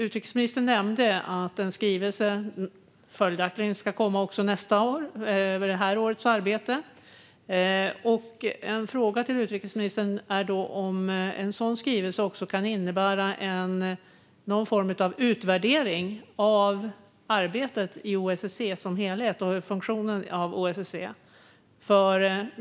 Utrikesministern nämnde att en skrivelse över det här årets arbete följaktligen ska komma nästa år. Kan en sådan skrivelse också innebära någon form av utvärdering av arbetet i OSSE som helhet och funktionen av OSSE?